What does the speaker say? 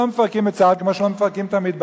לא, לא מפרקים את צה"ל, כמו שלא מפרקים את המטבח.